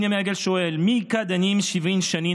חוני המעגל שואל: "מי איכא דניים שבעין שנין